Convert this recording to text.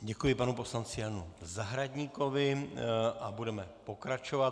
Děkuji panu poslanci Janu Zahradníkovi a budeme pokračovat.